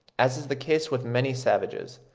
as is the case with many savages.